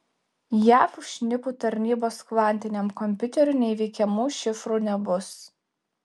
jav šnipų tarnybos kvantiniam kompiuteriui neįveikiamų šifrų nebus